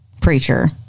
preacher